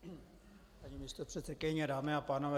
Paní místopředsedkyně, dámy a pánové.